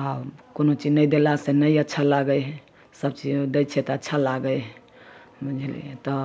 आओर कोनो चीज नहि देलासँ नहि अच्छा लागै हइ सबचीज ओहिमे दै छिए तऽ अच्छा लागै हइ बुझलिए तऽ